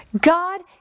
God